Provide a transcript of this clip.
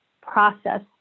process